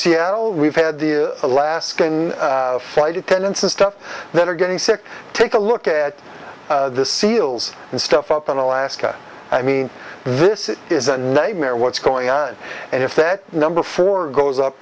seattle we've had the alaskan flight attendants and stuff that are getting sick take a look at the seals and stuff up in alaska i mean this is a nightmare what's going on and if that number four goes up